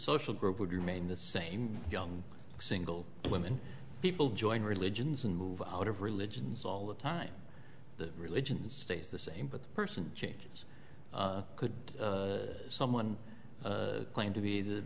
social group would remain the same young single women people join religions and move out of religions all the time the religion stays the same but the person changes could someone claim to be the